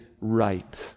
right